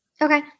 Okay